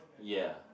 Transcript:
ya